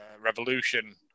Revolution